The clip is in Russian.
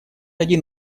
один